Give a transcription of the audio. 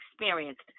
experienced